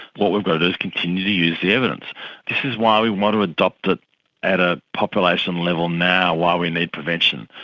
what we've got to do is continue to use the evidence. this is why we want to adopt it at a population level now while we need prevention,